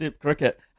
cricket